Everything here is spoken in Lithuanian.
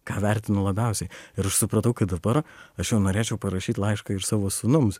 ką vertinu labiausiai ir aš supratau kad dabar aš jau norėčiau parašyt laišką ir savo sūnums